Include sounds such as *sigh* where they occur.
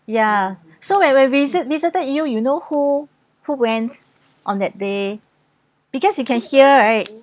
ya *breath* so when we visit visited you you know who who went on that day because you can hear right